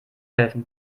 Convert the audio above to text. helfen